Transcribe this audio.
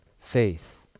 faith